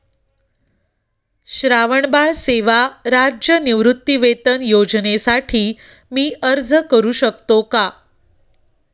श्रावणबाळ सेवा राज्य निवृत्तीवेतन योजनेसाठी मी अर्ज करू शकतो का?